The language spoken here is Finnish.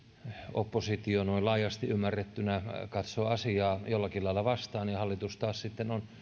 oppositio noin laajasti ymmärrettynä katsoo asiaa jollakin lailla vastaan ja hallitus taas sitten on